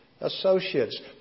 associates